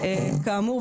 כאמור,